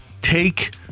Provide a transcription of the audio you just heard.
take